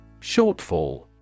Shortfall